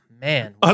man